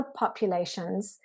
subpopulations